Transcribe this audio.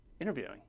interviewing